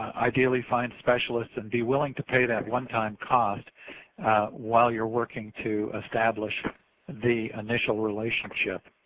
ideally find specialists and be willing to pay that one-time cost while youire working to establish the initial relationship.